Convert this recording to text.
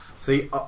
See